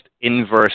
inverse